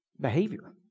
behavior